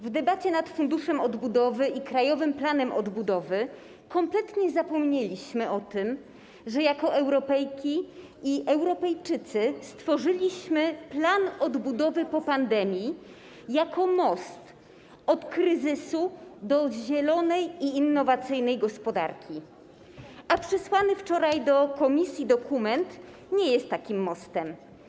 W debacie nad Funduszem Odbudowy i Krajowym Planem Odbudowy kompletnie zapomnieliśmy o tym, że jako Europejki i Europejczycy stworzyliśmy plan odbudowy po pandemii jako most od kryzysu do zielonej i innowacyjnej gospodarki, a przysłany wczoraj do komisji dokument nie jest takim mostem.